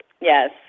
Yes